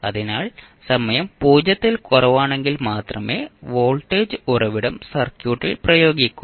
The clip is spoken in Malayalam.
അതിനാൽ സമയം 0 ൽ കുറവാണെങ്കിൽ മാത്രമേ വോൾട്ടേജ് ഉറവിടം സർക്യൂട്ടിൽ പ്രയോഗിക്കൂ